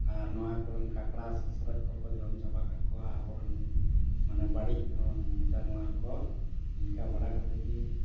ᱟᱨ ᱱᱚᱣᱟ ᱠᱚᱨᱮᱱ ᱠᱟᱠᱲᱟ ᱥᱚᱥᱨᱚᱡ ᱠᱚᱠᱚ ᱡᱚᱢ ᱪᱟᱵᱟ ᱠᱟᱠᱚᱣᱟ ᱟᱵᱚᱨᱮᱱ ᱢᱟᱱᱮ ᱵᱟᱹᱲᱤᱡ ᱡᱟᱱᱣᱟᱨ ᱠᱚ ᱤᱱᱠᱟᱹ ᱵᱟᱲᱟ ᱠᱟᱛᱮ ᱜᱮ